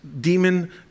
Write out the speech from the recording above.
demon